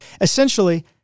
Essentially